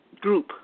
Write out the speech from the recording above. group